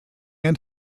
end